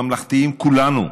אנחנו נהיה ממלכתיים כולנו.